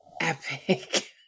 epic